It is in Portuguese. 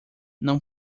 não